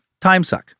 timesuck